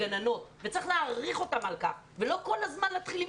הגננות וצריך להעריך אותן על כך ולא כל הזמן להתחיל למדוד.